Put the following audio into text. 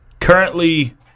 Currently